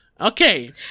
Okay